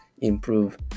improve